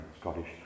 Scottish